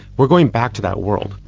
we're going back to that world,